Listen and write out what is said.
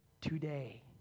today